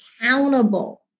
accountable